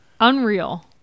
Unreal